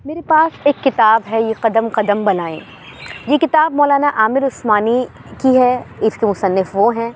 میرے پاس ایک کتاب ہے یہ قدم قدم بلائیں یہ کتاب مولانا عامر عثمانی کی ہے اس کے منصف وہ ہیں